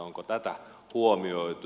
onko tätä huomioitu